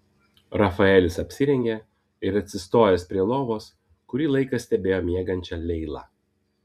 rafaelis apsirengė ir atsistojęs prie lovos kurį laiką stebėjo miegančią leilą